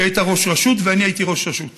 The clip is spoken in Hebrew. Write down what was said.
כי היית ראש רשות ואני הייתי ראש רשות.